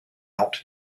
out